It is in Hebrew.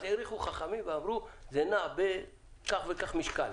אז העריכו חכמים ואמרו שזה נע בין כך וכך משקל.